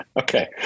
Okay